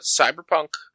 Cyberpunk